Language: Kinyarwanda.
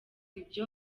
ibyo